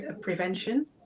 prevention